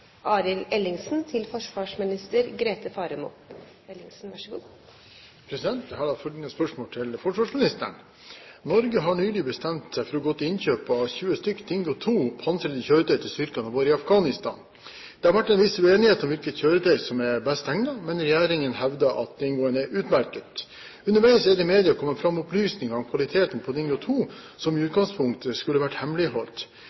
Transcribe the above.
til forsvarsministeren: «Norge har nylig bestemt seg for å gå til innkjøp av 20 stykker Dingo 2 pansrede kjøretøy til styrkene våre i Afghanistan. Det har vært en viss uenighet om hvilket kjøretøy som er best egnet, men regjeringen hevder at Dingoen er utmerket. Underveis er det i media kommet frem opplysninger om kvaliteten på Dingo 2 som i